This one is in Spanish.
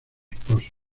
esposo